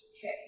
Okay